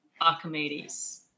Archimedes